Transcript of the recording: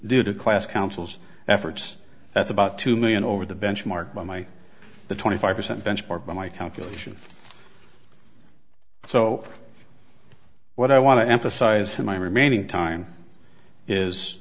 due to class council's efforts that's about two million over the benchmark by my the twenty five percent benchmark by my calculation so what i want to emphasize my remaining time is